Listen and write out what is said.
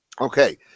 okay